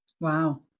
Wow